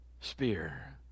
spear